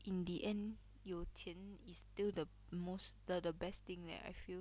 in the end 有钱 is still the most the the best thing leh I feel